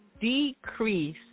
decrease